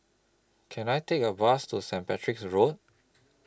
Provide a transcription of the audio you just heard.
Can I Take A Bus to Saint Patrick's Road